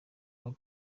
kuba